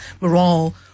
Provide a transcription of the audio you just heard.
Morale